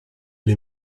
les